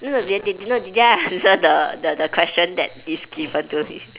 no no the the the ya ya the the question that is given to you